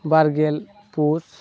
ᱵᱟᱨᱜᱮᱞ ᱯᱩᱥ